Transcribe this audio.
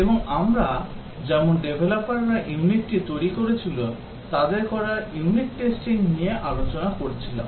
এবং আমরা যেমন যে ডেভলপাররা ইউনিটটি তৈরি করেছিল তাদের করা ইউনিট টেস্টিং নিয়ে আলোচনা করছিলাম